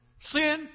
sin